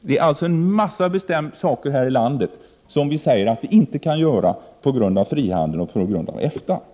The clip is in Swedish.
Det är alltså en mängd saker i detta land som det sägs att vi inte kan göra på grund av frihandel och GATT.